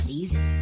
easy